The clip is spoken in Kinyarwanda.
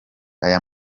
aya